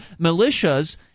militias